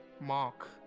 Mark